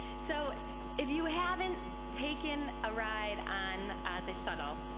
so if you haven't taken a ride on the shuttle,